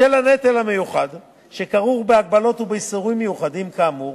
בשל הנטל המיוחד שכרוך בהגבלות ובאיסורים מיוחדים כאמור,